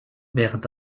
während